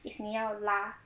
if 你要拉